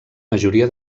majoria